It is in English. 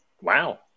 Wow